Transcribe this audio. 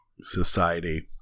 society